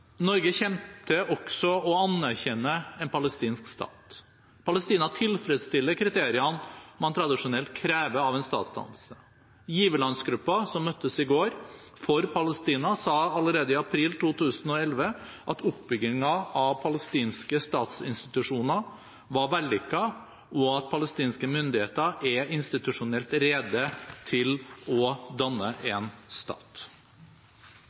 Norge kommer også til å anerkjenne en palestinsk stat. Palestina tilfredsstiller kriteriene man tradisjonelt krever av en statsdannelse. Giverlandsgruppen for Palestina, som møttes i går, sa allerede i april 2011 at oppbyggingen av palestinske statsinstitusjoner var vellykket, og at palestinske myndigheter er institusjonelt rede til å danne en stat.